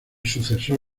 sucesor